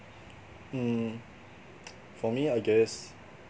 mm for me I guess